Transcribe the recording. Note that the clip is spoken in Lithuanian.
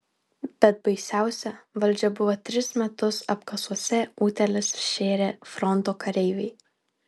bet baisiausia valdžia buvo tris metus apkasuose utėles šėrę fronto kareiviai